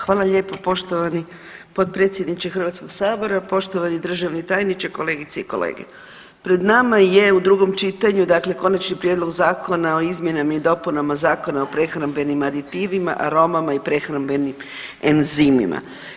Hvala lijepa poštovani potpredsjedniče HS-a, poštovani državni tajniče, kolegice i kolege, pred nama je u drugom čitanju, dakle Konačni prijedlog zakona o izmjenama i dopunama Zakona o prehrambenim aditivima, aromama i prehrambenim enzimima.